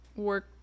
work